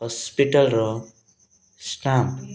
ହସ୍ପିଟାଲର ଷ୍ଟାମ୍ପ